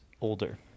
older